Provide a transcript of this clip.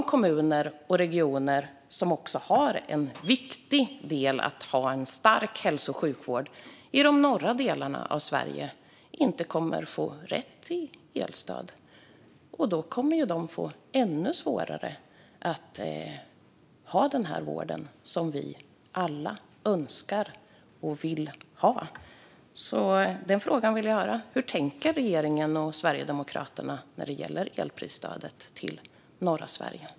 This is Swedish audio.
Om kommuner och regioner, som har en viktig del i en stark hälso och sjukvård, i de norra delarna av Sverige inte får rätt till elstöd kommer de att få ännu svårare att erbjuda den vård som vi alla önskar ska finnas. Hur tänker regeringen och Sverigedemokraterna när det gäller elprisstödet till norra Sverige?